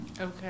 Okay